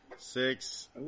Six